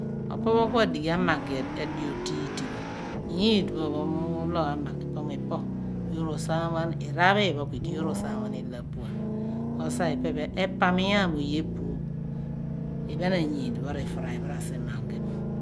Opopho kua dighi amagi agedidi nyidi pho iphen kua raar di yoor rosaamghan ilo abuan osa ipe pḥo epam inyam mo ge epu i phen ayidipho i fire pho ra simagi pho